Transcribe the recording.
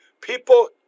People